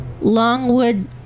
Longwood